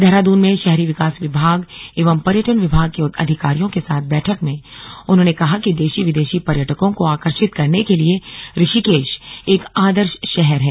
देहराद्न में शहरी विकास विभाग एवं पर्यटन विभाग के अधिकारियों के साथ बैठक में उन्होंने कहा कि देशी विदेशी पर्यटकों को आकर्षित करने के लिए ऋषिकेश एक आदर्श शहर है